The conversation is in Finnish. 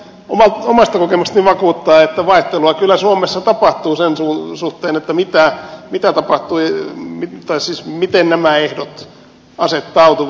voin omasta kokemuksestani vakuuttaa että vaihtelua kyllä suomessa tapahtuu sen suhteen että mitä mitä tapahtuisi jos taas miten nämä ehdot asettautuvat